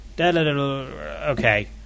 Okay